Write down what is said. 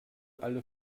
alle